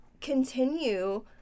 continue